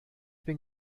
bin